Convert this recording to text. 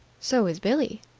so is billie.